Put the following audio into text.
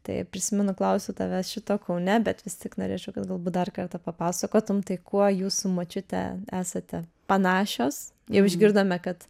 tai prisimenu klausiau tavęs šito kaune bet vis tik norėčiau kad galbūt dar kartą papasakotum tai kuo jūs su močiute esate panašios jau išgirdome kad